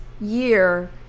year